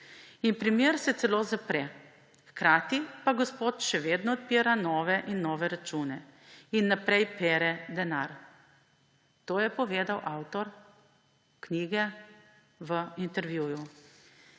In primer se celo zapre. Hkrati pa gospod še vedno odpira nove in nove račune in naprej pere denar.« To je povedal avtor knjige v intervjuju.